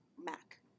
Mac